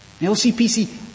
LCPC